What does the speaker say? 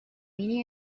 leaning